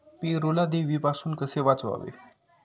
पेरूला देवीपासून कसे वाचवावे?